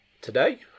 today